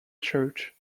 church